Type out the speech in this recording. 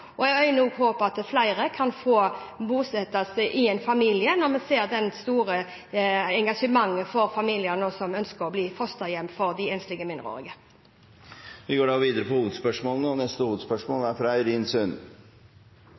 Jeg har håp om at flere kan bosettes i familier, når vi ser det store engasjementet fra familier som nå ønsker å bli fosterhjem for de enslige mindreårige. Vi går videre til neste hovedspørsmål. Siden 2000 har det forsvunnet 600 enslige mindreårige asylsøkere fra